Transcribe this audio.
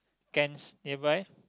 cans nearby